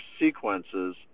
sequences